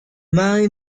mare